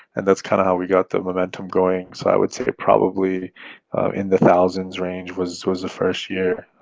and that's kind of how we got the momentum going. so i would say it probably in the thousands range was was the first year,